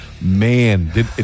Man